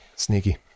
Sneaky